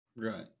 Right